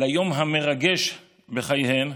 ליום המרגש בחייהן,